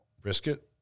brisket